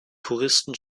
puristen